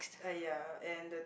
ah ya and the